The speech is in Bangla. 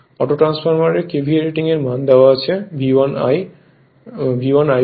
অটো ট্রান্সফরমারের KVA রেটিং এর মান দেওয়া আছে V1 I 1